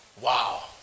Wow